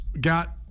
got